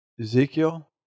ezekiel